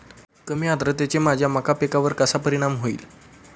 कमी आर्द्रतेचा माझ्या मका पिकावर कसा परिणाम होईल?